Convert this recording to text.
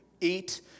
eat